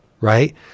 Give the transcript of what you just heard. right